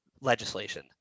legislation